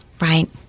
Right